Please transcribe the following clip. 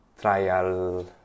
trial